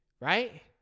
right